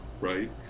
right